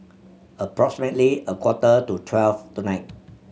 approximately a quarter to twelve tonight